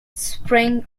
spring